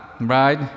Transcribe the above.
right